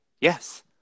yes